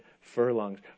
furlongs